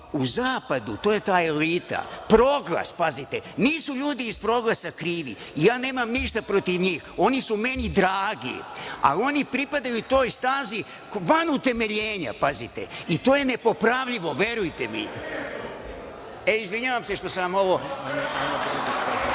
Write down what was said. u zapadu… To je ta elita. Proglas. Pazite, nisu ljudi iz Proglasa krivi. Ja nemam ništa protiv njih. Oni su meni dragi, ali oni pripadaju toj stazi van utemeljenja, i to je nepopravljivo, verujte mi. Izvinjavam se što sam vam